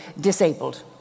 disabled